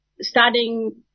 starting